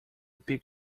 pick